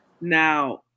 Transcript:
Now